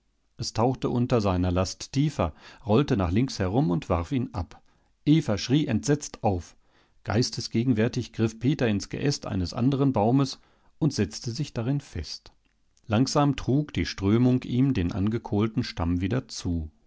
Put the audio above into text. es tauchte unter seiner last tiefer rollte nach links herum und warf ihn ab eva schrie entsetzt auf geistesgegenwärtig griff peter ins geäst eines anderen baumes und setzte sich darin fest langsam trug die strömung ihm den angekohlten stamm wieder zu